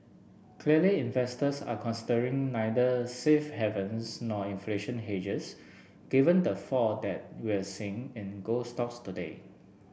clearly investors are considering neither safe havens nor inflation hedges given the fall that we're seeing in gold stocks today